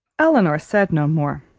elinor said no more.